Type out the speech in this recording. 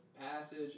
passage